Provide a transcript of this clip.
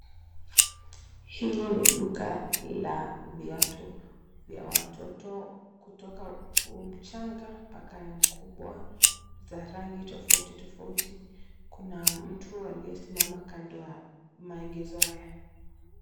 Hili ni duka la viatu vya watoto kutoka umchanga mpaka ya mkubwa za rangi tofauti tofauti. Kuna mtu aliyesimama kando ya maegezo haya.